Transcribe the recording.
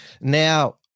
Now